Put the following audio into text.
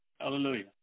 Hallelujah